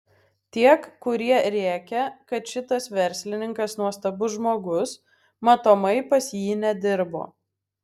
tiek kurie rėkia kad šitas verslininkas nuostabus žmogus matomai pas jį nedirbo